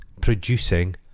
producing